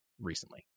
recently